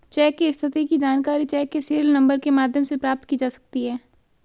check की स्थिति की जानकारी चेक के सीरियल नंबर के माध्यम से प्राप्त की जा सकती है